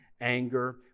anger